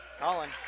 Colin